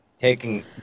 Taking